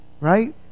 right